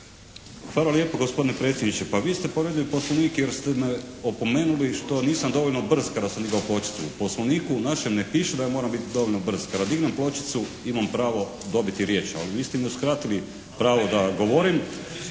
Hvala lijepo gospodine predsjedniče. Pa vi ste povrijedili Poslovnik jer ste me opomenuli što nisam dovoljno brz kada sam digao pločicu. U Poslovniku našem ne piše da ja moram biti dovoljno brz. Kada dignem pločicu imam pravo dobiti riječ. Ali vi ste mi uskratili pravo da govorim.